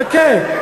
חכה.